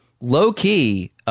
low-key